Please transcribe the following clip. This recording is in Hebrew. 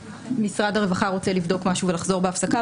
משרד הרווחה רוצה לבדוק משהו ולחזור אחרי ההפסקה.